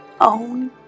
own